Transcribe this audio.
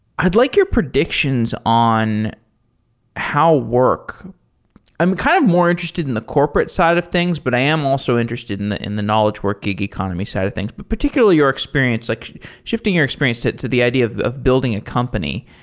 i'd like your predictions on how work i'm kind of more interested in the corporate side of things, but i am also interested in the in the knowledge work gig economy side of things, but particularly your experience. like shifting your experience to to the idea of of building a company,